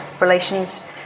relations